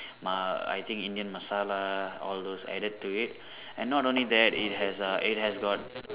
ma~ I think Indian Masala all those added to it and not only that it has err it has got